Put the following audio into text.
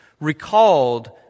recalled